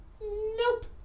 Nope